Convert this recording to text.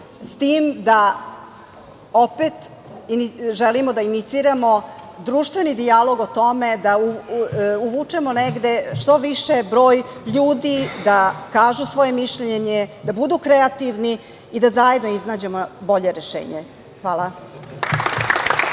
s tim da opet želimo da iniciramo društveni dijalog o tome, da uvučemo što veći broj ljudi da kažu svoje mišljenje, da budu kreativni i da zajedno iznađemo bolje rešenje. Hvala.